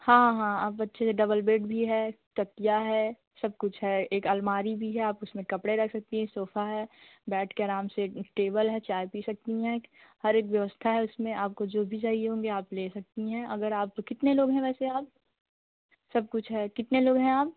हाँ हाँ आप अच्छे से डबल बेड भी है तकिया है सब कुछ है एक अलमारी भी है आप उसमें कपड़े रख सकती हैं सोफ़ा है बैठ कर आराम से टेबल है चाय पी सकती हैं क हर एक व्यवस्था है उसमें आपको जो भी चाहिए होंगे आप ले सकती हैं अगर आप कितने लोग हैं वैसे आप सब कुछ है कितने लोग हैं आप